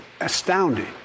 astounding